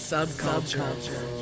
subculture